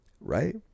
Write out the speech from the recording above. Right